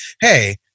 hey